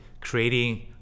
creating